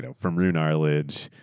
so from roone arledge,